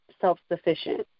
self-sufficient